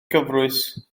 gyfrwys